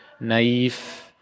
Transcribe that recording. naive